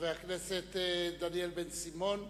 חבר הכנסת דניאל בן-סימון,